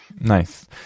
nice